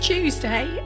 Tuesday